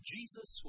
Jesus